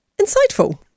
insightful